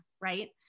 right